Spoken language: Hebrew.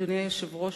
אדוני היושב-ראש,